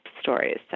stories